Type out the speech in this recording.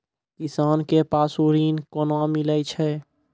किसान कऽ पसु ऋण कोना मिलै छै?